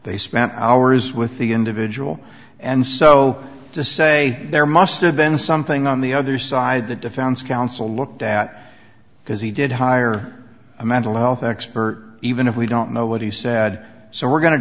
they spent hours with the individual and so to say there must have been something on the other side the defense counsel looked at because he did hire a mental health expert even if we don't know what he said so we're going to